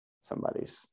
Somebody's